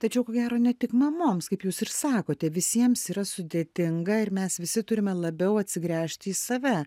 tai čia jau ko gero ne tik mamoms kaip jūs ir sakote visiems yra sudėtinga ir mes visi turime labiau atsigręžti į save